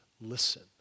listen